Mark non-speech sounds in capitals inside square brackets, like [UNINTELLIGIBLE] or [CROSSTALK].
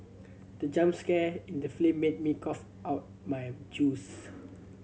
the jump scare in the [UNINTELLIGIBLE] made me cough out my juice